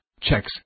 checks